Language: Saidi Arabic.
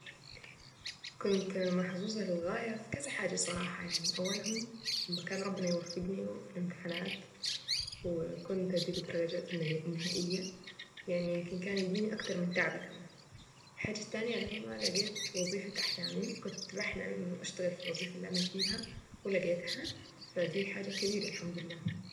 كنت محظوظة للغاية في كذا حاجة صراحة يعني اولهم لما كان ربنا يوفقني في الامتحانات وكنت اجيب الدرجات النهائية يعني يمكن كان يديني اكتر من تعبي كمان الحاجة التانية لما لقيت وظيفة احلامي كنت بحلم انه اشتغل في الوظيفة اللي انا فيها ولقيتها ف دي حاجة كبيرة الحمد لله.